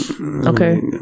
okay